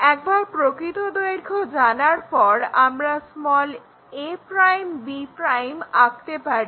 একবার প্রকৃত দৈর্ঘ্য জানার পর আমরা a'b' আঁকতে পারি